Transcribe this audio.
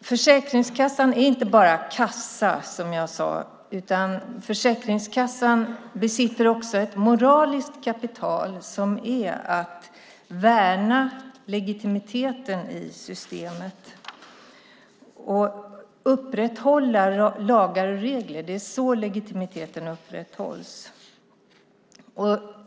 Försäkringskassan är inte bara kassa, som jag sade. Försäkringskassan besitter också ett moraliskt kapital som är att värna legitimiteten i systemet och upprätthålla lagar och regler. Det är så legitimiteten upprätthålls.